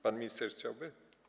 Pan minister chciałby.